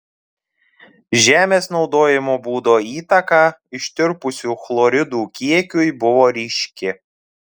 žemės naudojimo būdo įtaka ištirpusių chloridų kiekiui buvo ryški